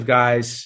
guys